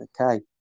Okay